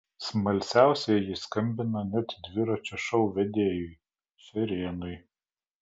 smalsiausieji skambino net dviračio šou vedėjui šerėnui